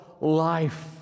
life